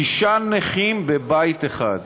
שישה נכים בבית אחד.